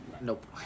Nope